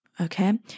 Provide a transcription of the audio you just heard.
Okay